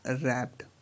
Wrapped